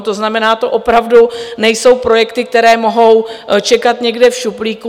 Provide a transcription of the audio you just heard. To znamená, to opravdu nejsou projekty, které mohou čekat někde v šuplíku.